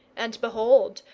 and behold,